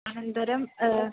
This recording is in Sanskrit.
अनन्तरं